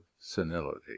senility